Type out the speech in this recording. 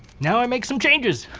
now i make some changes!